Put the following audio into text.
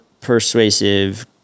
persuasive